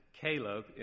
Caleb